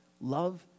Love